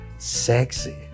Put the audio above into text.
sexy